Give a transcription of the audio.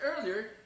earlier